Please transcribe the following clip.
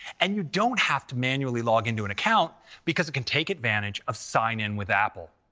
and you don't have to manually log into an account because it can take advantage of sign in with apple.